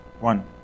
one